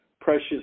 precious